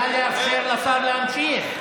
נא לאפשר לשר להמשיך.